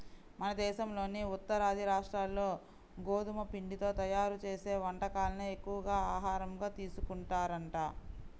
మన దేశంలోని ఉత్తరాది రాష్ట్రాల్లో గోధుమ పిండితో తయ్యారు చేసే వంటకాలనే ఎక్కువగా ఆహారంగా తీసుకుంటారంట